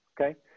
Okay